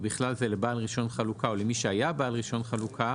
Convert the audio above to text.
ובכלל זה לבעל רישיון חלוקה או למי שהיה בעל רישיון חלוקה,